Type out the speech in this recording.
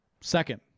Second